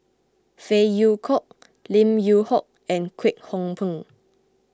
Phey Yew Kok Lim Yew Hock and Kwek Hong Png